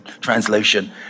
translation